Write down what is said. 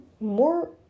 more